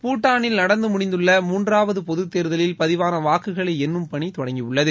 பூடானில் நடந்து முடிந்துள்ள மூன்றாவது பொதுத் தேர்தலில் பதிவான வாக்குகளை எண்ணம் பணி தொடங்கியுள்ளது